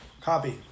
Copy